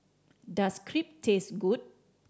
does Crepe taste good